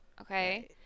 Okay